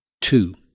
Two